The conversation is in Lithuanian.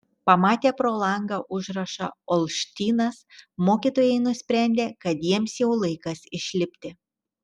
pamatę pro langą užrašą olštynas mokytojai nusprendė kad jiems jau laikas išlipti